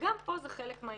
וגם פה זה חלק מהעניין.